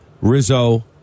Rizzo